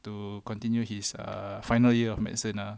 to continue his err final year of medicine ah